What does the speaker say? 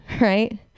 right